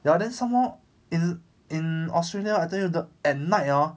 ya then some more in in australia I tell you the at night orh